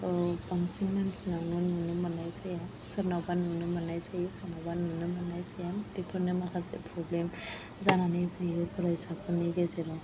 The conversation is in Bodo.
बांसिनानो नुनो मोननाय जाया सोरनावबो नुनो मोननाय जायो सोरनावबा नुनो मोननाय जाया बेफोरनो माखासे प्रब्लेम जानानै फैयो फरायसाफोरनि गेजेराव